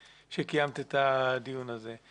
על שקיימת את הדיון הזה.